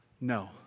No